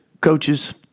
Coaches